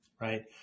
right